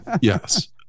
yes